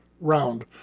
round